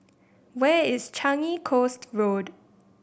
where is Changi Coast Road